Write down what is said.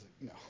No